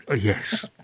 Yes